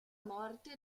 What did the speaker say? morte